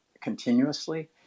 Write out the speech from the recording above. continuously